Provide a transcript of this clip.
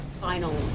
Final